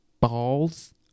balls